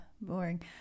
boring